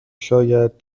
شاید